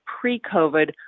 pre-COVID